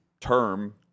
term